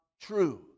true